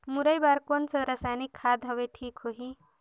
मुरई बार कोन सा रसायनिक खाद हवे ठीक होही?